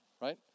right